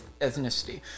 ethnicity